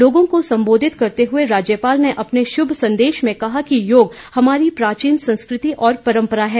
लागों को संबोधित करते हुए राज्यपाल ने अपने शुभ संदेश में कहा कि योग हमारी प्राचीन संस्कृति और परंपरा है